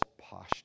posture